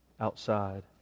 outside